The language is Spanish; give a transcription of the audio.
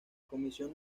comisión